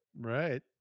Right